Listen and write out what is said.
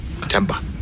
Temba